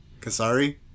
Kasari